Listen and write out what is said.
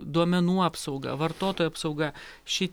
duomenų apsauga vartotojų apsauga ši